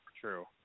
True